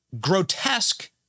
grotesque